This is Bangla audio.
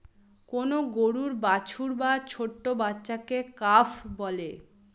কোন গরুর বাছুর বা ছোট্ট বাচ্চাকে কাফ বলে